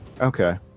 Okay